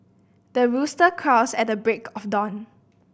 the rooster crows at the break of dawn